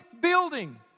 building